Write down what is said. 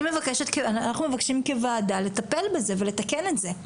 אנחנו מבקשים כוועדה לטפל בזה ולתקן את זה.